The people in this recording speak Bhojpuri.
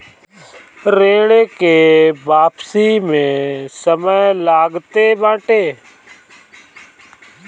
ऋण के वापसी में समय लगते बाटे